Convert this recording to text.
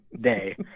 day